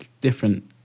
different